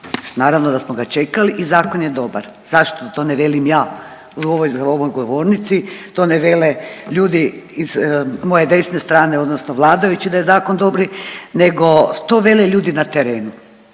naravno da smo ga čekali i zakon je dobar. Zašto? To ne velim ja u ovoj govornici, to ne vele ljudi iz moje desne strane odnosno vladajući da je zakon dobri, nego to vele ljudi na terenu,